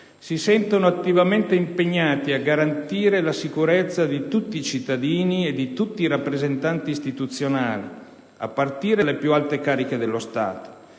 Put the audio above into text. si sentono attivamente impegnati a garantire la sicurezza di tutti i cittadini e di tutti i rappresentanti istituzionali, a partire dalle più alte cariche dello Stato,